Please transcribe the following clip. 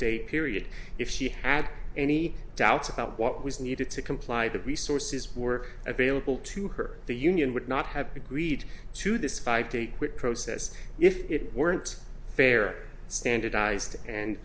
day period if she had any doubts about what was needed to comply the resources were available to her the union would not have agreed to this five day quick process if it weren't fair standardized and